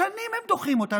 שנים הם דוחים אותה,